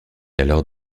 alors